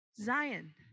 Zion